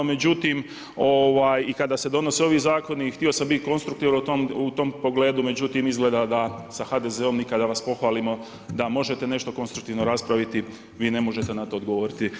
Međutim i kada se donose ovi zakoni, htio sam biti konstruktivan u tom pogledu, međutim izgleda da sa HDZ-om ni kada vas pohvalimo da možete nešto konstruktivno raspraviti vi ne možete na to odgovoriti pozitivno.